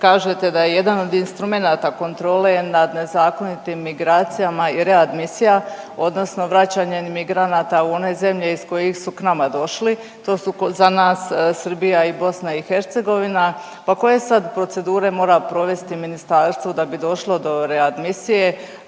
kažete da je jedan od instrumenata kontrole nad nezakonitim migracijama i readmisija odnosno vraćanje migranata u one zemlji iz kojih su k nama došli. To su za nas Srbija i BiH, pa koje sad procedure mora provesti ministarstvo da bi došlo do readmisije,